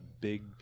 big